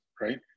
right